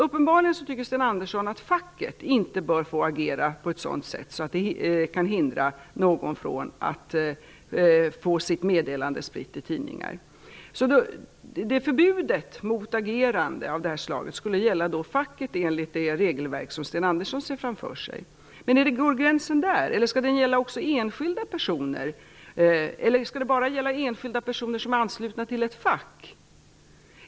Uppenbarligen tycker Sten Andersson att facket inte bör få agera på ett sådant sätt att det kan hindra någon från att få sitt meddelande spritt i tidningar. Förbudet mot agerande av det här slaget skulle då gälla facket enligt det regelverk som Sten Andersson ser framför sig. Men går gränsen där, eller skall det gälla också enskilda personer eller bara enskilda personer som är anslutna till ett fack?